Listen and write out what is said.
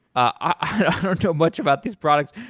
i don't know much about these products.